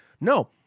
No